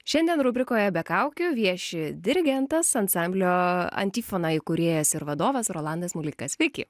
šiandien rubrikoje be kaukių vieši dirigentas ansamblio antifona įkūrėjas ir vadovas rolandas muleika sveiki